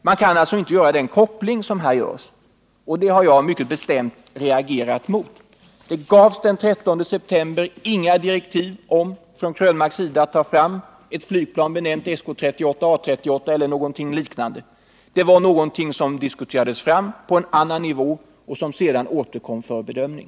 Man kan alltså inte göra den koppling som här görs — en koppling som jag mycket bestämt reagerat emot. Den 13 september gavs det inga direktiv från Eric Krönmarks sida att det skulle tas fram ett flygplan benämnt SK 38/A 38 eller någonting liknande. Det diskuterades fram på en helt annan nivå och återkom sedan till regeringen för bedömning.